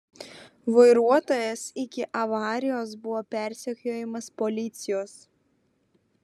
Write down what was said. vairuotojas iki avarijos buvo persekiojamas policijos